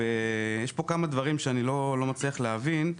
יש פה כמה דברים שאני לא מצליח להבין.